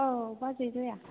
औ बाजै जया